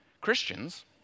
Christians